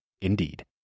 Indeed